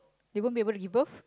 they won't be able to give birth